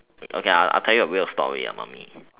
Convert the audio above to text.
okay I'll I'll tell you a real story ah mummy